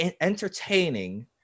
entertaining